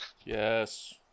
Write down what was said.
Yes